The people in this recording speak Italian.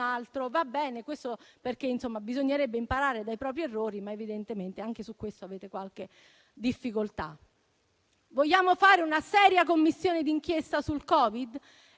altra competenza. Va bene: insomma, bisognerebbe imparare dai propri errori, ma evidentemente anche su questo avete qualche difficoltà. Vogliamo fare una seria Commissione d'inchiesta sul Covid-19?